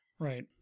Right